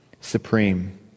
supreme